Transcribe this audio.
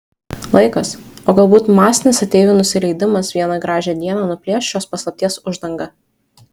laikas o galbūt masinis ateivių nusileidimas vieną gražią dieną nuplėš šios paslapties uždangą